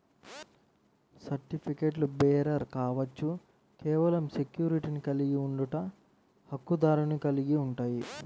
సర్టిఫికెట్లుబేరర్ కావచ్చు, కేవలం సెక్యూరిటీని కలిగి ఉండట, హక్కుదారుని కలిగి ఉంటాయి,